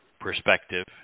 perspective